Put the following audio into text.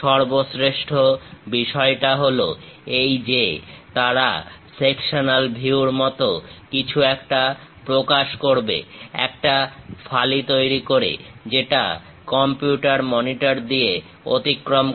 সর্বশ্রেষ্ঠ বিষয়টা হলো এই যে তারা সেকশনাল ভিউর মত কিছু একটা প্রকাশ করবে একটা ফালি তৈরি করে যেটা কম্পিউটার মনিটর দিয়ে অতিক্রম করে